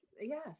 Yes